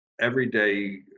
everyday